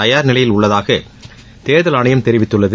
தயார் நிலையில் உள்ளதாக தேர்தல் ஆணையம் தெரிவித்துள்ளது